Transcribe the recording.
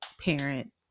parent